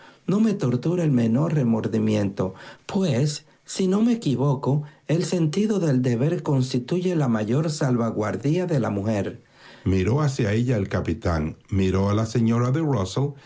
no me tortura el menor remordimiento pues si no me equivoco el sentido del deber constituye la mejor salvaguardia de la mujer miró hacia ella el capitán miró a la señora